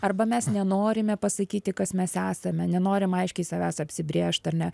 arba mes nenorime pasakyti kas mes esame nenorim aiškiai savęs apsibrėžt ar ne